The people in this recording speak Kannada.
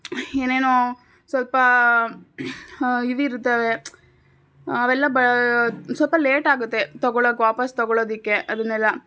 ಏನೇನೋ ಸ್ವಲ್ಪ ಇವಿರುತ್ತವೆ ಅವೆಲ್ಲ ಬ ಸ್ವಲ್ಪ ಲೇಟಾಗುತ್ತೆ ತಗೋಳ್ಳೋಕೆ ವಾಪಾಸ್ಸು ತಗೋಳೋದಕ್ಕೆ ಅದನ್ನೆಲ್ಲ